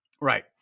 Right